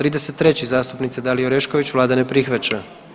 33. zastupnice Dalije Oreškić, Vlada ne prihvaća.